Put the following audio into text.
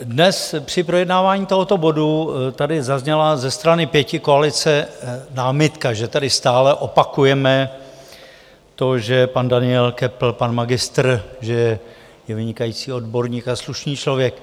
Dnes při projednávání tohoto bodu tady zazněla ze strany pětikoalice námitka, že tady stále opakujeme to, že pan Daniel Köppl, pan magistr, že je vynikající odborník a slušný člověk.